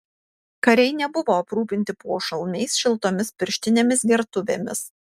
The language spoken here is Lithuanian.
kariai nebuvo aprūpinti pošalmiais šiltomis pirštinėmis gertuvėmis